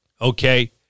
Okay